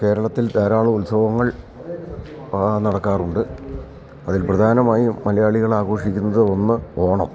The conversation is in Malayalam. കേരളത്തിൽ ധാരാളം ഉത്സവങ്ങൾ നടക്കാറുണ്ട് അതിൽ പ്രധാനമായും മലയാളികൾ ആഘോഷിക്കുന്നത് ഒന്ന് ഓണം